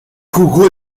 jugó